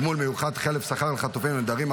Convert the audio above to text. (תגמול מיוחד חלף שכר לחטופים ולנעדרים),